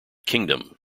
kingdom